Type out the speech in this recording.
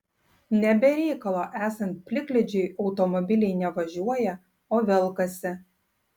ne be reikalo esant plikledžiui automobiliai ne važiuoja o velkasi